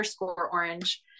orange